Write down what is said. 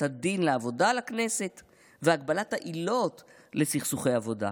הדין לעבודה לכנסת והגבלת העילות לסכסוכי עבודה.